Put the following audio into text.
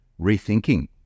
rethinking